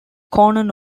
conan